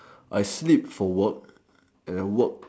I sleep for work and I work